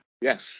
Yes